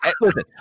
listen